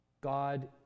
God